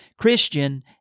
Christian